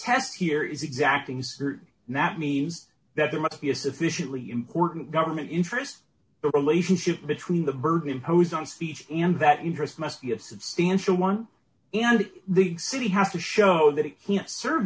test here is exactly that means that there must be a sufficiently important government interest relationship between the burden imposed on speech and that interest must be a substantial one and the city has to show that it can't serve